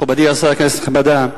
מכובדי השר, כנסת נכבדה,